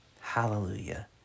Hallelujah